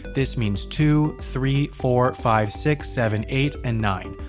this means two, three, four, five, six, seven, eight, and nine,